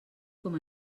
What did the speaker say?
com